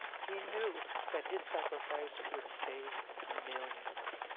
he knew that his sacrifice would save millions,